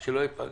איך זה מתיישב?